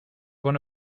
one